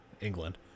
England